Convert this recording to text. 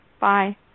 Bye